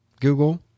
Google